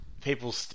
people